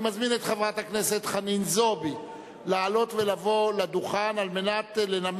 26 בעד, אין מתנגדים, אין נמנעים.